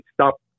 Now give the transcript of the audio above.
stop